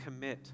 commit